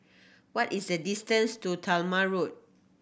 what is the distance to Talma Road